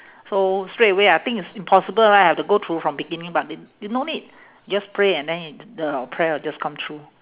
so straight away I think it's impossible right I have to go through from beginning but it it no need just pray and then the prayer will just come true